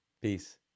Peace